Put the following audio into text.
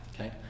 okay